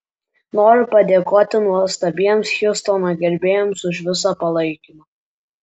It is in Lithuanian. noriu padėkoti nuostabiems hjustono gerbėjams už visą palaikymą